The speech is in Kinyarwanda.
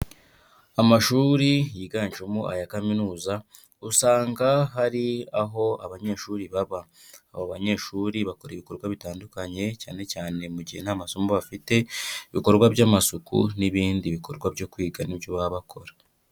Amashuri yiganjemo aya kaminuza usanga hari aho abanyeshuri baba, abo banyeshuri bakora ibikorwa bitandukanye cyane cyane mu gihe nta masomo bafite, ibikorwa by'amasuku n'ibindi bikorwa byo kwiga ni byo baba bakora.